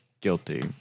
guilty